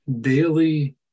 daily